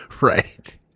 Right